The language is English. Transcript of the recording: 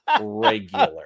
regular